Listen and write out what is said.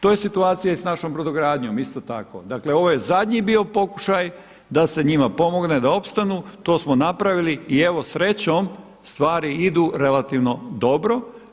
To je situacija i s našom brodogradnjom isto tako, dakle ovo je bio zadnji pokušaj da se njima pomogne da opstanu, to smo napravili i evo srećom stvari idu relativno dobro.